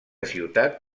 ciutat